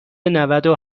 نودو